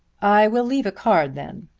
i will leave a card then.